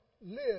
live